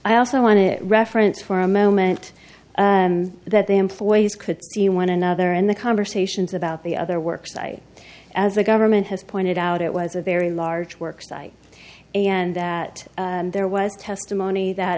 i also want to reference for a moment and that the employees could see one another in the conversations about the other work site as the government has pointed out it was a very large work site and that there was testimony that